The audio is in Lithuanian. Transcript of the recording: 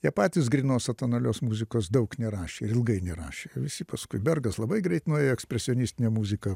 jie patys grynos atonalios muzikos daug nerašė ir ilgai nerašė visi paskui bergas labai greit nuėjo ekspresionistinę muziką